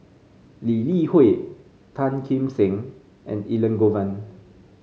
Lee Li Hui Tan Kim Seng and Elangovan